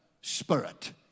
Spirit